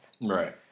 Right